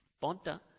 ponta